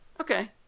Okay